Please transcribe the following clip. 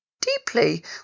deeply